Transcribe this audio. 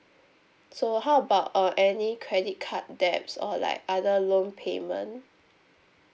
so how about uh any credit card debts or like other loan payment